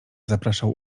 zapraszał